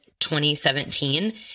2017